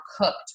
cooked